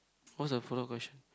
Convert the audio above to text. what's the follow up question